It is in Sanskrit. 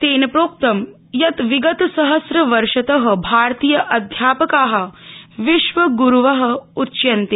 तेन प्रोक्तम् यत् विगत सहस्र वर्षत भारतीय अध्यापका विश्व ग्रूव उच्यन्ते